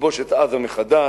נכבוש את עזה מחדש,